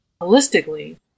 holistically